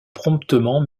promptement